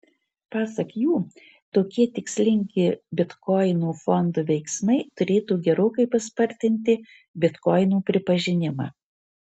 pasak jų tokie tikslingi bitkoinų fondo veiksmai turėtų gerokai paspartinti bitkoinų pripažinimą